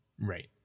Right